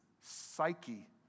psyche